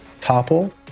topple